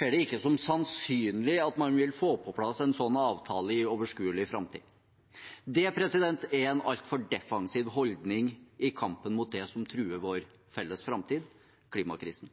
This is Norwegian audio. det ikke som sannsynlig at man vil få på plass en slik avtale i overskuelig framtid. Det er en altfor defensiv holdning i kampen mot det som truer vår felles framtid: klimakrisen.